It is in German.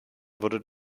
wurde